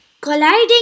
colliding